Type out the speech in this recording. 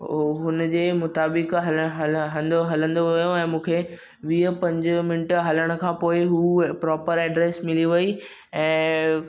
अ हुनजे मुताबिक़ु हलण हल हल हलंदो वियो ऐं मूंखे वीह पंजवीह मिंट हलण खां पोइ हू प्रोपर एड्रेस मिली वई ऐं